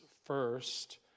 first